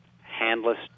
handless